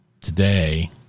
today